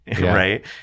right